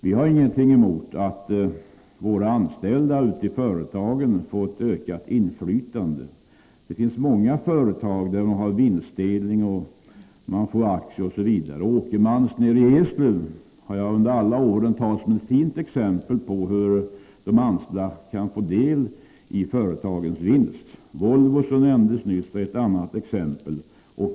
Vi har ingenting emot att våra anställda ute i företagen får ett ökat inflytande. Det finns många företag där man har vinstdelning, där de anställda får aktier osv. Jag har under alla år tagit Åkermans i Eslöv som ett fint exempel på hur de anställda kan få del i företagens vinst. Volvo, som nämndes nyss, är ett annat exempel.